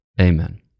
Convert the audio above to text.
Amen